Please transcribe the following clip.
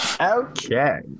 Okay